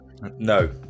No